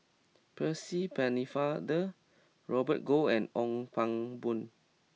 Percy Pennefather Robert Goh and Ong Pang Boon